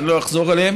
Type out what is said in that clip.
אז אני לא אחזור עליהם,